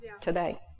today